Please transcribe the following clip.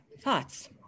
thoughts